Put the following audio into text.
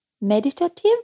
meditative